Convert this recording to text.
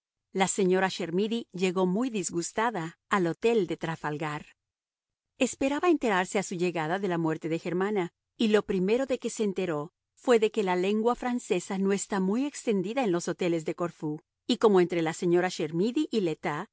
la señora chermidy llegó muy disgustada al hotel de trafalgar esperaba enterarse a su llegada de la muerte de germana y lo primero de que se enteró fue de que la lengua francesa no está muy extendida en los hoteles de corfú y como entre la señora chermidy y le